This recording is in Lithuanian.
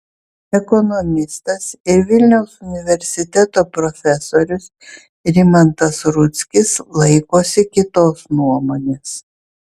ekonomistas ir vilniaus universiteto profesorius rimantas rudzkis laikosi kitos nuomonės